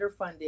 underfunded